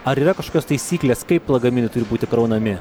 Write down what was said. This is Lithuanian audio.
ar yra kažkokios taisyklės kaip lagaminai turi būti kraunami